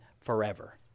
forever